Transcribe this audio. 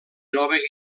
nova